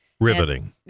Riveting